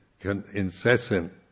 incessant